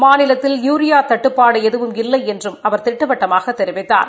மாநிலத்தில் யுரியா தட்டுப்பாடு எதுவும் இல்லை என்றும் அவர் திட்டவட்டமாகத் தெரிவித்தார்